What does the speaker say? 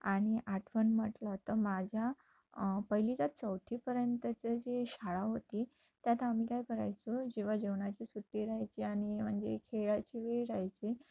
आणि आठवण म्हटलं तर माझ्या पहिलीच्या चौथीपर्यंतची जी शाळा होती त्यात आम्ही काय करायचो जेव्हा जेवणाची सुट्टी राहायची आणि म्हणजे खेळाची वेळ राहायची